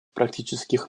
практических